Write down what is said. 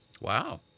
Wow